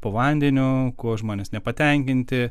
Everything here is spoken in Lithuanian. po vandeniu kuo žmonės nepatenkinti